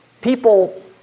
People